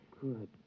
Good